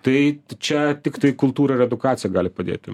tai čia tiktai kultūra ir edukacija gali padėti